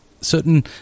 certain